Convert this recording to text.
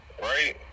right